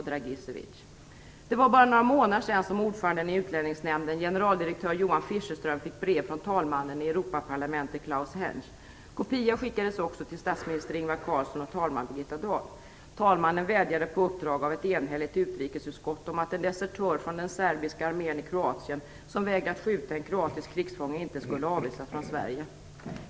Det var bara några månader sedan som ordföranden i Utlänningsnämnden, generaldirektör Johan Fischerström, fick brev från talmannen i Europaparlamentet, Klaus Hänsch. Kopior skickades också till statsminister Ingvar Carlsson och talman Birgitta Dahl. Talmannen vädjade på uppdrag av ett enhälligt utrikesutskott om att en desertör från den serbiska armén i Kroatien som vägrat skjuta en kroatisk krigsfånge inte skulle avvisas från Sverige.